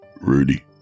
Rudy